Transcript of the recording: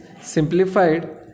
simplified